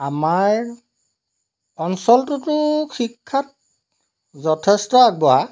আমাৰ অঞ্চলটোতো শিক্ষাত যথেষ্ট আগবঢ়া